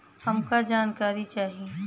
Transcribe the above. हमका जानकारी चाही?